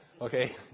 Okay